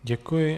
Děkuji.